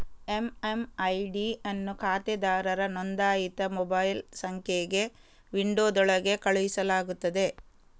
MMID ಅನ್ನು ಖಾತೆದಾರರ ನೋಂದಾಯಿತ ಮೊಬೈಲ್ ಸಂಖ್ಯೆಗೆ ವಿಂಡೋದೊಳಗೆ ಕಳುಹಿಸಲಾಗುತ್ತದೆ